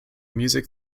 music